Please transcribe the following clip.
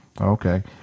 Okay